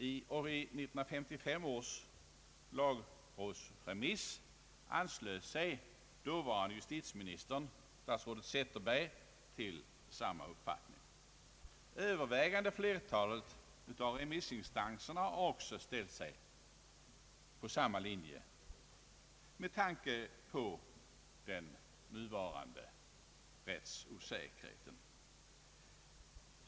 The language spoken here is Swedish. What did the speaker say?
I 1955 års lagrådsremiss anslöt sig dåvarande justitieministern, statsrådet Zetterberg, till samma uppfattning. Övervägande flertalet av remissinstanserna har också ställt sig på samma linje med tanke på den nuvarande rättsosäkerheten.